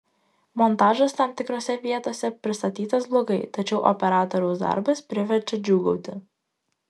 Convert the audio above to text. montažas tam tikrose vietose pristatytas blogai tačiau operatoriaus darbas priverčia džiūgauti